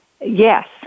Yes